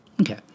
okay